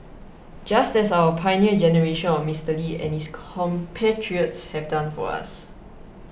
just as our Pioneer Generation of Mister Lee and his compatriots have done for us